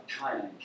China